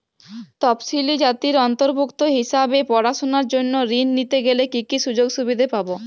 তফসিলি জাতির অন্তর্ভুক্ত হিসাবে পড়াশুনার জন্য ঋণ নিতে গেলে কী কী সুযোগ সুবিধে পাব?